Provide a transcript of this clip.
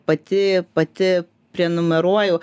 pati pati prenumeruoju